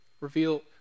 Reveal